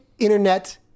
internet